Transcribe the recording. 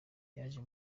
yaje